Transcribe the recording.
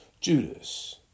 Judas